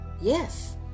yes